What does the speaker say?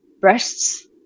breasts